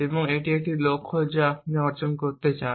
এবং এটি একটি লক্ষ্য যা আপনি অর্জন করতে চান